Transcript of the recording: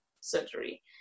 surgery